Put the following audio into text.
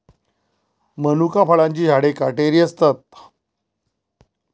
मनुका फळांची झाडे काटेरी असतात